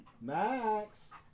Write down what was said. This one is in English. Max